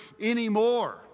anymore